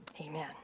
amen